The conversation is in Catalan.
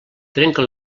trenca